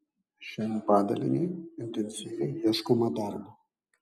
šiam padaliniui intensyviai ieškoma darbo